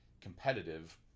competitive